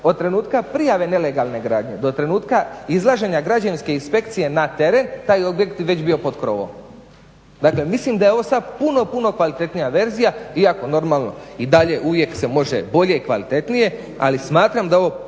od trenutka prijave nelegalne gradnje do trenutka izlaženja građevinske inspekcije na teren taj objekt bi već bio pod krovom. Dakle, mislim da je ovo sad puno, puno kvalitetnija verzija iako normalo i dalje uvijek se može, bolje i kvalitetnije ali smatram da je